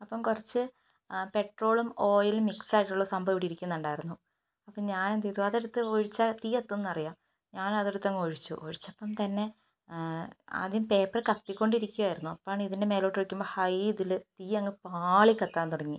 അപ്പം കൊറച്ച് പെട്രോളും ഓയിലും മിക്സായിട്ടുള്ള സംഭവം ഇവിടെ ഇരിക്കുന്നിണ്ടായിരുന്നു അപ്പം ഞാനെന്തെയ്തു അതെടുത്ത് ഒഴിച്ചാ തീ കത്തൂന്നറിയാം ഞാനതെടുത്ത് അങ്ങ് ഒഴിച്ചു ഒഴിച്ചപ്പം തന്നെ ആദ്യം പേപ്പർ കത്തികൊണ്ട് ഇരിക്കയായിരുന്നു അപ്പഴാണ് ഇതിൻ്റെ മേലോട്ടൊഴിക്കുമ്പോ ഹൈ ഇതില് തീ അങ്ങ് ആളി കത്താൻ തുടങ്ങി